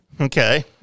Okay